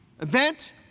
event